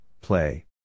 play